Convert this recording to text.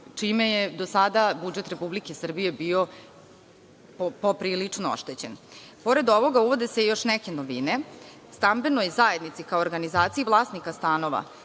čime je do sada budžet Republike Srbije bio poprilično oštećen. Pored ovoga uvode se još neke novine, stambenoj zajednici kao organizaciji vlasnika stanova,